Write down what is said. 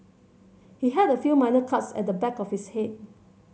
he had a few minor cuts at the back of his head